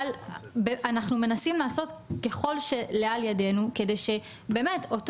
אבל אנחנו מנסים לעשות ככל שלאל ידינו כדי שאותו